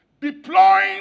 Deploying